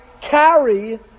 carry